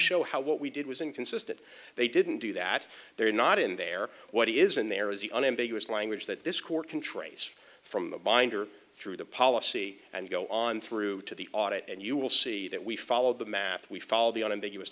show how what we did was inconsistent they didn't do that they're not in there what is in there is the unambiguous language that this court can trace from the binder through the policy and go on through to the audit and you will see that we follow the math we follow the un and the